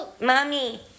Mommy